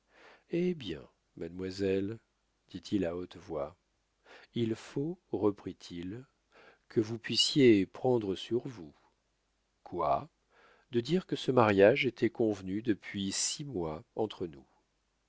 hé bien mademoiselle dit-il à haute voix il faut reprit-elle que vous puissiez prendre sur vous quoi de dire que ce mariage était convenu depuis six mois entre nous